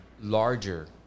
larger